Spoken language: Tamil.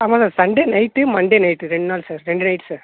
ஆமாம் தான் சண்டே நைட்டு மண்டே நைட்டு ரெண்டு நாள் சார் ரெண்டு நைட்டு சார்